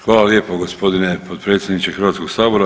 Hvala lijepo gospodine potpredsjedniče Hrvatskog sabora.